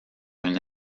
une